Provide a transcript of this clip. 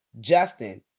Justin